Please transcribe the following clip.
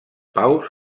paus